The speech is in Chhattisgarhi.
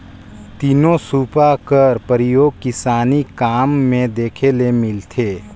तीनो सूपा कर परियोग किसानी काम मे देखे ले मिलथे